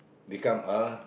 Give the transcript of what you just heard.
become a